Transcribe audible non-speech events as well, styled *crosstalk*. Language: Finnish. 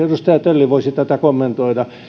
*unintelligible* edustaja tölli voisi tätä kommentoida